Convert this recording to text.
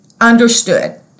understood